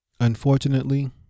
Unfortunately